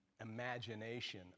imagination